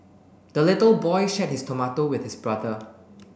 the little boy shared his tomato with his brother